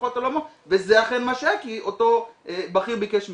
השקפת עולמו וזה אכן מה שהיה כי אותו בכיר ביקש ממני.